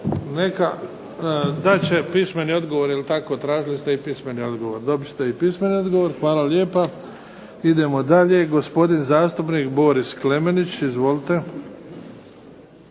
Dat će pismeni odgovor, tražili ste i pismeni odgovor. Hvala lijepa. Idemo dalje. Gospodin zastupnik Boris Klemenić. Izvolite.